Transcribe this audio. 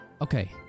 Okay